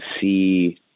see